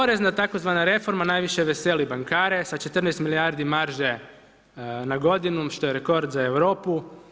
Porez na tzv. reforma, najviše veseli bankare, sa 14 milijardi marže na godinu, što je rekord za Europu.